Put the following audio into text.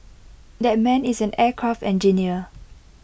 that man is an aircraft engineer